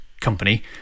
company